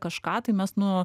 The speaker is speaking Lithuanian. kažką tai mes nu